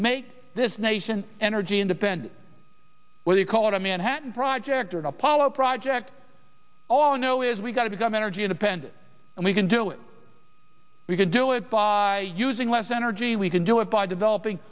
make this nation energy independent whether you call it a manhattan project an apollo project all we know is we got to become energy independent and we can do it we can do it by using less energy we can do it by developing